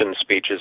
speeches